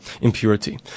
impurity